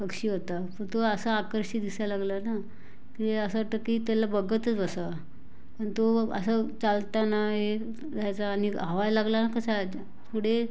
पक्षी होता तर तो असा आकर्षि दिसायला लागला ना की असं वाटतं की त्याला बघतच बसावं आणि तो मग असं चालताना हे असं ह्याचं आणि धावायला लागला कसा पुढे